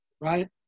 right